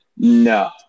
No